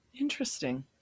Interesting